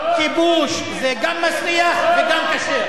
מה שיוצא מהג'ורה שלך, כיבוש זה גם מסריח וגם כשר.